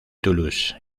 toulouse